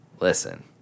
Listen